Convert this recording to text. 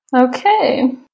Okay